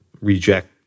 reject